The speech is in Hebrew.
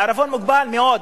בעירבון מוגבל מאוד,